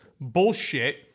bullshit